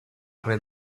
red